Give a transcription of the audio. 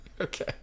Okay